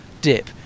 dip